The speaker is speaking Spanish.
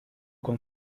con